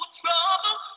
trouble